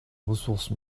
ressources